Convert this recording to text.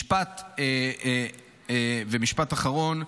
משפט אחרון,